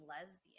lesbian